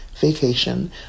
vacation